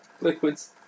liquids